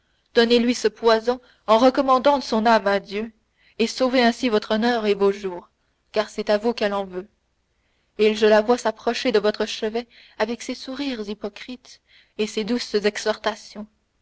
donnez-lui ce poison en recommandant son âme à dieu et sauvez ainsi votre honneur et vos jours car c'est à vous qu'elle en veut et je la vois s'approcher de votre chevet avec ses sourires hypocrites et ses douces exhortations